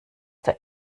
der